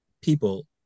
people